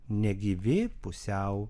negyvi pusiau